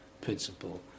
principle